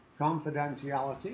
confidentiality